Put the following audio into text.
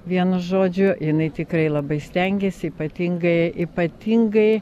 vien žodžiu jinai tikrai labai stengėsi ypatingai ypatingai